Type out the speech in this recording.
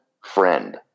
friend